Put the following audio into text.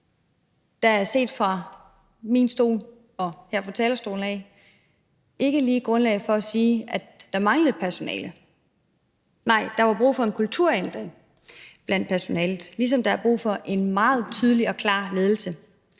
Der er set fra min stol og her fra talerstolen ikke lige grundlag for at sige, at der manglede personale. Nej, der er brug for en kulturændring blandt personalet, ligesom der er brug for en meget tydelig og klar ledelse.